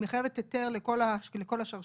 מחייבת היתר לכל השרשרת,